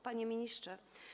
Panie Ministrze!